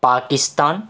Pakistan